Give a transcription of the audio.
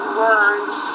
words